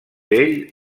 ell